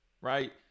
right